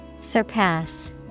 Surpass